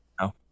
no